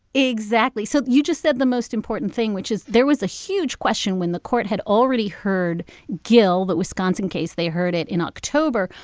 exactly. so you just said the most important thing, which is there was a huge question when the court had already heard gill, the wisconsin case. they heard it in october.